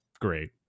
great